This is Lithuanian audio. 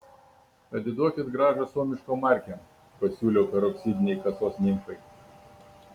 atiduokit grąžą suomiškom markėm pasiūliau peroksidinei kasos nimfai